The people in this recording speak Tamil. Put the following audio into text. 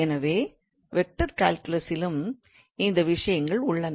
எனவே வெக்டார் கால்குலஸிலும் இந்த விஷயங்கள் உள்ளன